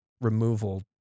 removal